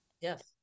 Yes